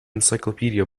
encyclopedia